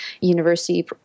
university